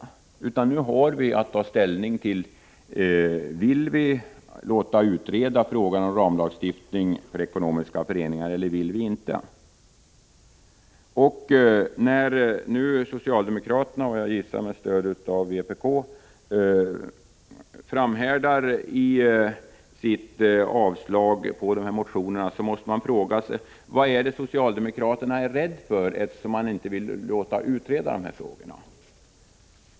Vad vi nu har att ta ställning till är: Vill vi eller vill vi inte låta utreda frågan om en ramlagstiftning för ekonomiska föreningar? När nu socialdemokraterna med, som jag gissar, stöd av vpk framhärdar i sitt yrkande om avslag på motionerna måste man fråga sig: Vad är det socialdemokraterna är rädda för, eftersom de inte vill låta utreda dessa frågor?